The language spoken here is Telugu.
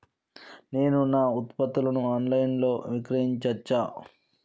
నేను నా ఉత్పత్తులను ఆన్ లైన్ లో విక్రయించచ్చా?